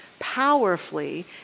powerfully